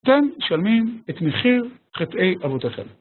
אתם משלמים את מחיר חטאי אבותיכם.